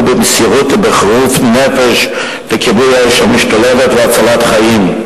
במסירות ובחירוף נפש לכיבוי האש המשתוללת והצלת חיים.